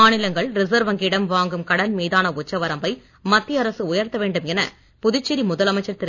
மாநிலங்கள் ரிசர்வ் வங்கியிடம் வாங்கும் கடன் மீதான உச்சவரம்பை மத்திய அரசு உயர்த்த வேண்டும் என புதுச்சேரி முதலமைச்சர் திரு